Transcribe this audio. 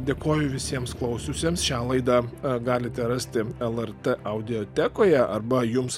dėkoju visiems klausiusiems šią laidą galite rasti lrt audiotekoje arba jums